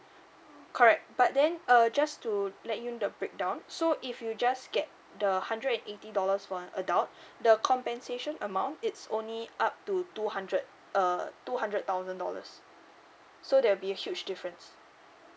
correct but then uh just to let you the breakdown so if you just get the hundred eighty dollars one adult the compensation amount it's only up to two hundred uh two hundred thousand dollars so there will be a huge difference